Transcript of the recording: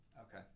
Okay